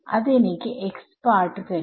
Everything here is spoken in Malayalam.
അത് എനിക്ക് x പാർട്ട് തരും